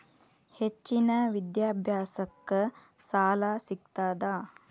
ಹೆಚ್ಚಿನ ವಿದ್ಯಾಭ್ಯಾಸಕ್ಕ ಸಾಲಾ ಸಿಗ್ತದಾ?